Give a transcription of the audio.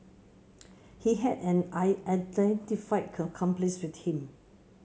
he had an unidentified accomplice with him